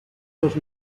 dos